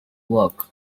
work